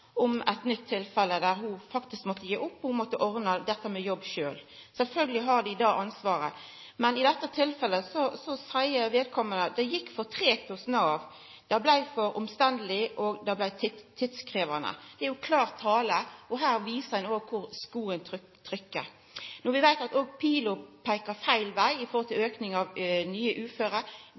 om eit nytt tilfelle der ein person faktisk måtte gi opp, og måtte ordna dette med jobb sjølv. Sjølvsagt har ein sjølv ansvaret. Men i dette tilfellet seier vedkommande at det gjekk for treigt hos Nav, det blei for omstendeleg, og det blei tidkrevjande. Det er klar tale, og her viser ein òg kor skoen trykkjer. Når vi òg veit at pila peikar feil veg når det gjeld auken av nye uføre,